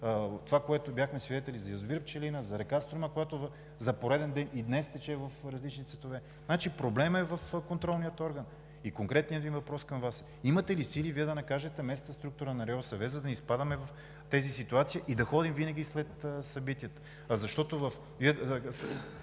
това, на което бяхме свидетели за язовир „Пчелина“, за река Струма, която за пореден ден – и днес тече в различни цветове, проблемът е в контролния орган? Конкретният ми въпрос към Вас: имате ли сили Вие да накажете местната структура на РИОСВ, за да не изпадаме в тези ситуации и да ходим винаги след събитията? Само една